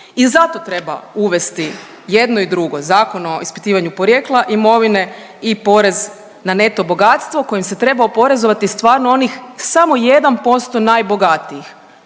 i zato treba uvesti jedno i drugo. Zakon o ispitivanju porijekla imovine i porez na neto bogatstvo kojim se treba oporezovati stvarno onih samo 1% najbogatijih.